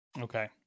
Okay